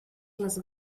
les